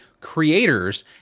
creators